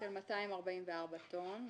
של 244 טון.